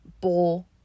bowl